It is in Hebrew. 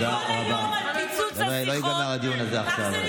למה לא קיבלתם אותה?